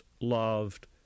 loved